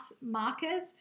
markers